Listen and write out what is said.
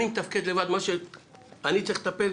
אני מתפקד לבד מה שאני צריך לטפל,